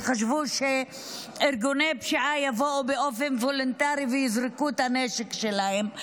חשבו שארגוני פשיעה יבואו באופן וולונטרי ויזרקו את הנשק שלהם.